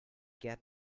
get